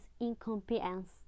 incompetence